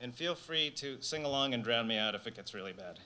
and feel free to sing along and drown me out if it gets really bad